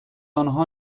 آنها